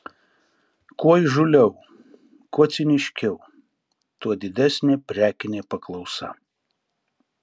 kuo įžūliau kuo ciniškiau tuo didesnė prekinė paklausa